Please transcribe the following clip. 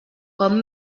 com